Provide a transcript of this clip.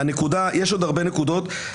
יש עוד הרבה נקודות.